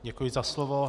Děkuji za slovo.